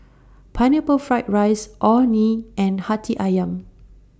Pineapple Fried Rice Orh Nee and Hati Ayam